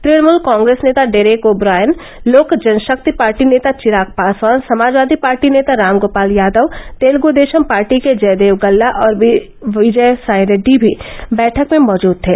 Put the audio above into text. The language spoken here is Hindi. तृणमूल कांग्रेस नेता डेरेक ओ ब्रायन लोक जनशक्ति पार्टी नेता चिराग पासवान समाजवादी पार्टी नेता राम गोपाल यादव तेलुगुदेशम पार्टी के जयदेव गल्ला और वी विजय सांई रेड्डी भी बैठक में मौजूद थे